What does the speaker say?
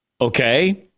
okay